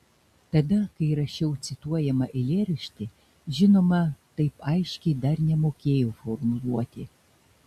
tada kai rašiau cituojamą eilėraštį žinoma taip aiškiai dar nemokėjau formuluoti